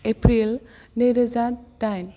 April नैरोजा दाइन